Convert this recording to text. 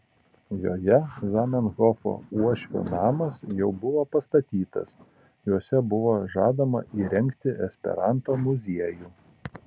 joje zamenhofo uošvio namas jau buvo pastatytas juose buvo žadama įrengti esperanto muziejų